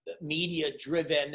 media-driven